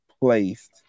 placed